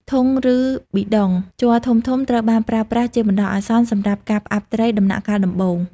ធុង ឬ ប៊ីដុង ជ័រធំៗត្រូវបានប្រើប្រាស់ជាបណ្តោះអាសន្នសម្រាប់ការផ្អាប់ត្រីដំណាក់កាលដំបូង។